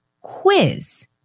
quiz